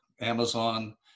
Amazon